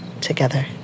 together